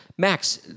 Max